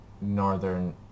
northern